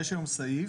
יש היום סעיף.